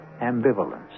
ambivalence